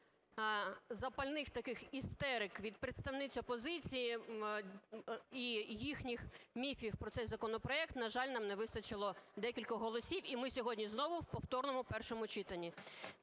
після запальних таких істерик від представниць опозиції і їхніх міфів про цей законопроект, на жаль, нам не вистачило декількох голосів, і ми сьогодні знову в повторному першому читанні.